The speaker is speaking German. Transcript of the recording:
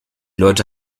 leute